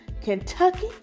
Kentucky